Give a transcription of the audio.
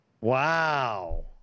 Wow